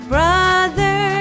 Brother